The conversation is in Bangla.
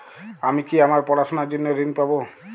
আমি কি আমার পড়াশোনার জন্য ঋণ পাব?